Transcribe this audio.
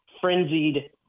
frenzied